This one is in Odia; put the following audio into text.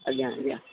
ଆଜ୍ଞା ଆଜ୍ଞା